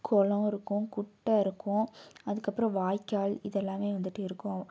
குளம் இருக்கும் குட்டை இருக்கும் அதுக்கப்புறம் வாய்க்கால் இதெல்லாம் வந்துட்டு இருக்கும்